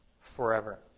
forever